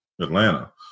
Atlanta